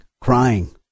crying